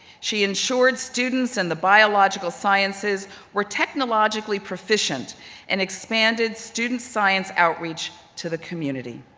she insured students in the biological sciences were technological proficient and expanded student science outreach to the community.